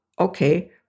okay